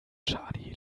charlie